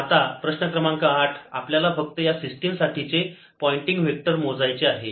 आता प्रश्न क्रमांक 8 आपल्याला फक्त या सिस्टीम साठीचे पॉइंटिंग वेक्टर मोजायचे आहे